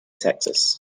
texas